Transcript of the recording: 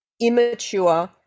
immature